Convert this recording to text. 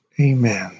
Amen